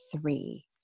three